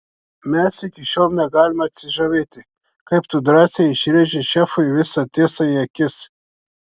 mes iki šiol negalime atsižavėti kaip tu drąsiai išrėžei šefui visą tiesą į akis